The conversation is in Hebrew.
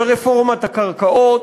ורפורמת הקרקעות,